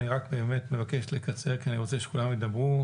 אני באמת מבקש לקצר, כי אני רוצה שכולם ידברו.